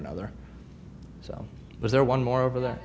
another so i was there one more over there